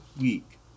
week